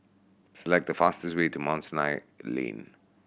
select the fastest way to Mount Sinai Lane